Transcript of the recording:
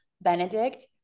Benedict